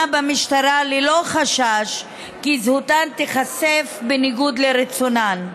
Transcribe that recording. במשטרה ללא חשש שזהותן תיחשף בניגוד לרצונן.